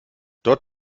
dort